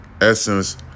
Essence